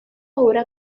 obra